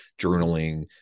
journaling